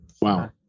Wow